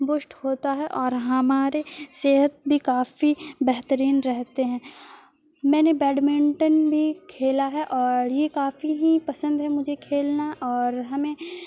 بوشٹ ہوتا ہے اور ہمارے صحت بھی کافی بہترین رہتے ہیں میں نے بیڈمنٹن بھی کھیلا ہے اور یہ کافی ہی پسند ہے مجھے کھیلنا اور ہمیں